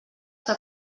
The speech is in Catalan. que